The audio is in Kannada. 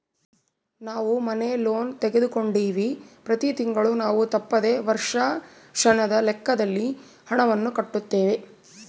ನಾವು ಮನೆ ಲೋನ್ ತೆಗೆದುಕೊಂಡಿವ್ವಿ, ಪ್ರತಿ ತಿಂಗಳು ನಾವು ತಪ್ಪದೆ ವರ್ಷಾಶನದ ಲೆಕ್ಕದಲ್ಲಿ ಹಣವನ್ನು ಕಟ್ಟುತ್ತೇವೆ